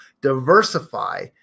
diversify